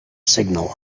signal